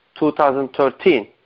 2013